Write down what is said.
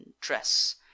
dress